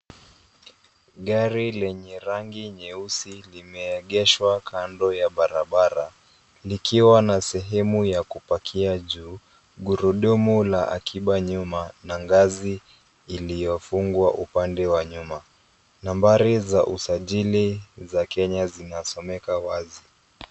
Gari lenye rangi nyeusi limeegeshwa kando ya barabara likiwa na sehemu ya kupakia juu gurudumu la akiba nyuma na ngazi iliyofungwa upande wa nyuma nambari za usajili za kenya zinasomeka wazi.